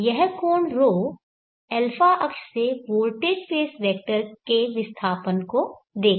यह कोण ρ α अक्ष से वोल्टेज स्पेस वेक्टर के विस्थापन को देगा